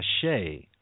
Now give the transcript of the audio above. cachet